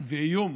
ואיום